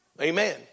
Amen